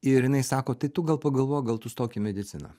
ir jinai sako tai tu gal pagalvok gal tu stok į mediciną